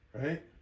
right